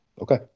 Okay